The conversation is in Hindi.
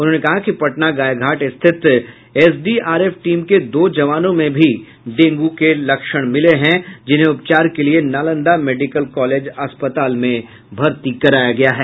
उन्होंने कहा कि पटना गायघाट स्थित एसडीआरएफ टीम के दो जवानों में भी डेंगू मिले हैं जिन्हें उपचार के लिये नालंदा मेडिकल कॉलेज अस्पताल में भर्ती कराया गया है